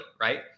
right